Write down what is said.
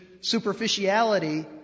superficiality